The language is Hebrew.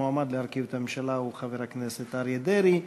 המועמד להרכיב את הממשלה הוא חבר הכנסת אריה דרעי.